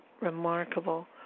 remarkable